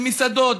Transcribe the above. למסעדות,